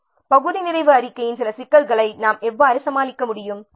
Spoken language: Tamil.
எனவே பகுதி நிறைவு அறிக்கையின் சில சிக்கல்களை நாம் எவ்வாறு சமாளிக்க முடியும்